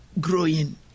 growing